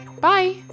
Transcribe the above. Bye